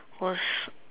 was